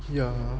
yeah